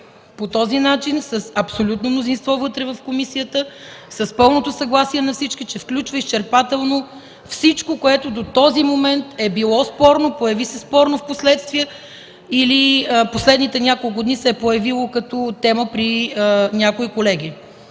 по този начин с абсолютно мнозинство вътре в комисията, с пълното съгласие на всички, че включва изчерпателно всичко, което до този момент е било спорно, появи се спорно впоследствие или последните няколко дни се е появило като тема при някои колеги.